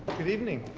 good evening.